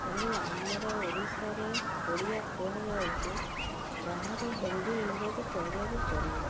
ଖାଲି ଆମର ଓଡ଼ିଶାରେ ଓଡ଼ିଆ କୁହାଯାଉଛି ବାହାରେ ହିନ୍ଦୀ ଇଂରାଜୀ କହିବାକୁ ପଡ଼ିବ